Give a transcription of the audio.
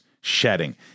shedding